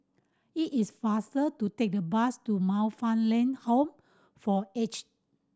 it is faster to take the bus to Man Fatt Lam Home for Aged